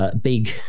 big